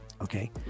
okay